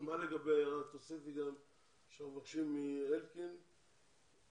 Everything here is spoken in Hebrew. תוסיפי שאנחנו מבקשים מהשר אלקין.